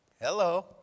Hello